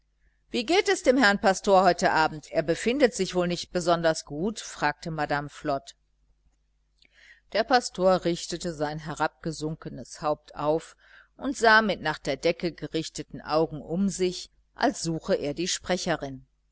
wie geht es dem herrn pastor heute abend er befindet sich wohl nicht besonders gut fragte madame flod der pastor richtete sein herabgesunkenes haupt auf und sah mit nach der decke gerichteten augen um sich als suche er die sprecherin